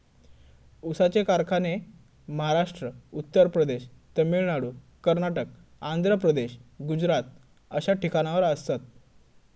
ऊसाचे कारखाने महाराष्ट्र, उत्तर प्रदेश, तामिळनाडू, कर्नाटक, आंध्र प्रदेश, गुजरात अश्या ठिकाणावर आसात